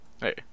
hey